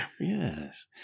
Yes